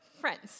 friends